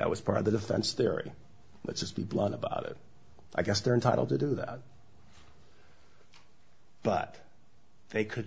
that was part of the defense theory let's just be blunt about it i guess they're entitled to do that but they could